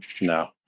No